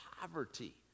poverty